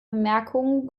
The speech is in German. bemerkungen